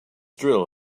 drill